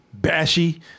Bashy